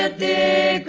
the